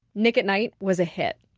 nick at nite was a hit.